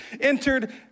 entered